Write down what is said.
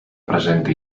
presenti